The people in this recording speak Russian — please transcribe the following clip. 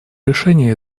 решение